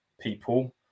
people